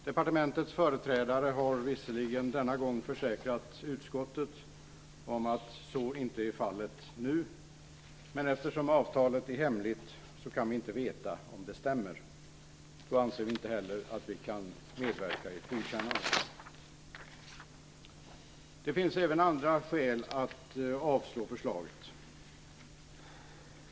Departementets företrädare har visserligen försäkrat utskottet om att så inte är fallet, men eftersom avtalet är hemligt så kan vi inte veta om det stämmer. Då anser vi inte heller att vi kan godkänna avtalet. Det finns även andra skäl för att avslå förslaget.